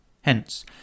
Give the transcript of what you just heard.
Hence